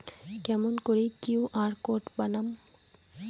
কেমন করি QR code বানাম?